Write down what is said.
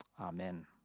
Amen